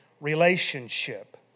relationship